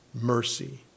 mercy